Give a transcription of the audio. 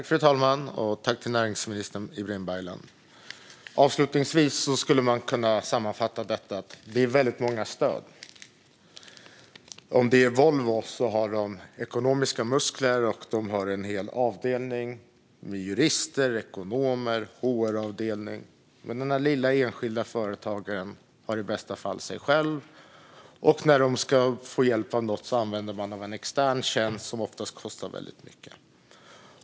Fru talman! Man skulle kunna sammanfatta detta med att det är väldigt många stöd. Företag som till exempel Volvo har ekonomiska muskler, en hel avdelning med jurister och ekonomer och en HR-avdelning. Men den lilla enskilda företagaren har kanske bara sig själv. När man ska få hjälp med något använder man en extern tjänst som oftast kostar väldigt mycket.